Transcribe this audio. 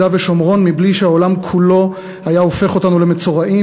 ושומרון מבלי שהעולם כולו היה הופך אותנו למצורעים,